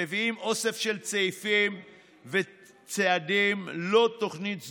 מביאים אוסף של סעיפים וצעדים, לא תוכנית סדורה.